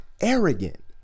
arrogant